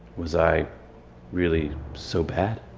was i really so bad?